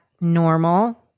normal